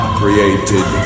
created